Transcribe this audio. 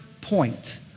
point